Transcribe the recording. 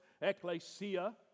ecclesia